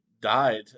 died